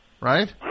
Right